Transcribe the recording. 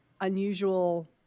unusual